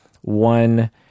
one